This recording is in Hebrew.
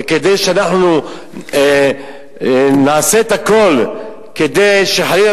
וכדאי שאנחנו נעשה את הכול כדי שחלילה